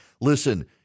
Listen